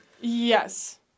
Yes